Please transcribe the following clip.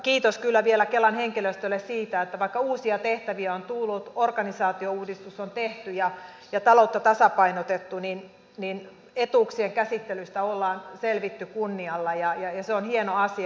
kiitos kyllä vielä kelan henkilöstölle siitä että vaikka uusia tehtäviä on tullut organisaatiouudistus on tehty ja taloutta tasapainotettu niin etuuksien käsittelystä ollaan selvitty kunnialla ja se on hieno asia